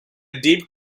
deep